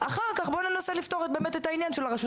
אחר כך בוא ננסה לפתור באמת את העניין של הרשות